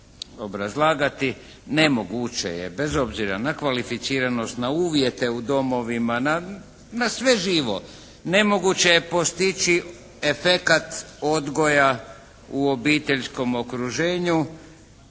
obrazlagati. Nemoguće je bez obzira na kvalificiranost, na uvjete u domovima, na sve živo, nemoguće je postići efekat odgoja u obiteljskom okruženju